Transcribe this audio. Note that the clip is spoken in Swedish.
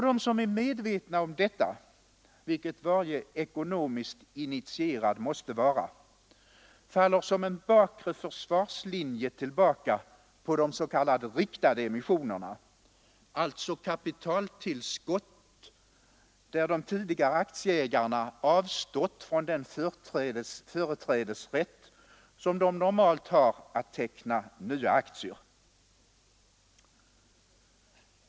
De som är medvetna om detta — vilket varje ekonomiskt initierad måste vara — faller som en bakre försvarslinje tillbaka på fondens tilltänkta engagemang för s.k. riktade emissioner, alltså kapitaltillskott där de tidigare aktieägarna avstått från den företrädesrätt som de normalt har att teckna nya aktier.